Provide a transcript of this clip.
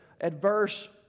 adverse